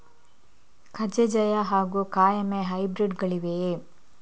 ಕಜೆ ಜಯ ಹಾಗೂ ಕಾಯಮೆ ಹೈಬ್ರಿಡ್ ಗಳಿವೆಯೇ?